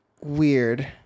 weird